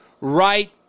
right